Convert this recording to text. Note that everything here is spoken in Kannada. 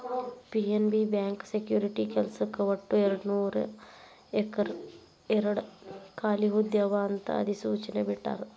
ಪಿ.ಎನ್.ಬಿ ಬ್ಯಾಂಕ್ ಸೆಕ್ಯುರಿಟಿ ಕೆಲ್ಸಕ್ಕ ಒಟ್ಟು ಎರಡನೂರಾಯೇರಡ್ ಖಾಲಿ ಹುದ್ದೆ ಅವ ಅಂತ ಅಧಿಸೂಚನೆ ಬಿಟ್ಟಾರ